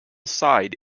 side